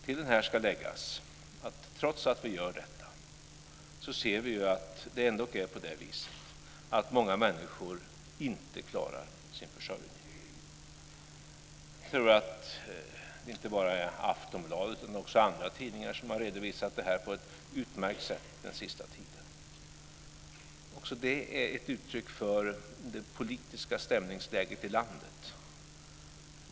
Till detta ska läggas att trots att vi gör detta ser vi att många människor inte klarar sin försörjning. Det är inte bara Aftonbladet, utan också andra tidningar, som har redovisat detta på ett utmärkt sätt under den senaste tiden. Det är också ett uttryck för det politiska stämningsläget i landet.